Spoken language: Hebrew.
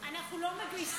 אני קובע